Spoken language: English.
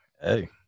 Hey